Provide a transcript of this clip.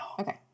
okay